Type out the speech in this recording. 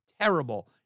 terrible